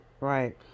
Right